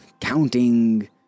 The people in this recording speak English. counting